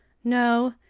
no!